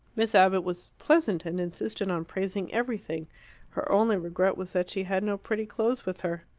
miss abbott was pleasant, and insisted on praising everything her only regret was that she had no pretty clothes with her.